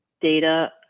data